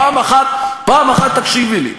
פעם אחת תקשיבי לי.